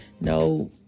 no